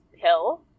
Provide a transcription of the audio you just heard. pill